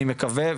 אני מקווה,